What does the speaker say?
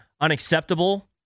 unacceptable